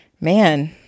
man